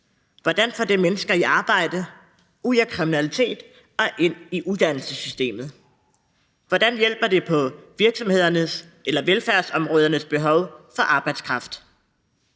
Hvordan får det mennesker i arbejde, ud af kriminalitet og ind i uddannelsessystemet? Hvordan hjælper det på virksomhedernes eller velfærdsområdernes behov for arbejdskraft?